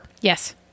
Yes